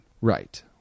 Right